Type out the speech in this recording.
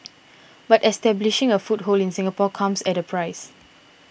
but establishing a foothold in Singapore comes at a price